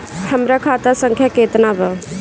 हमरा खाता संख्या केतना बा?